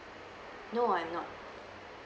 no I'm not